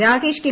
Rakesh K